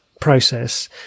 process